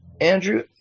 Andrew